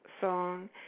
song